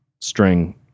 String